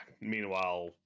Meanwhile